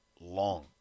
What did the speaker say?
long